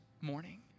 morning